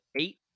eight